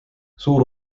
suur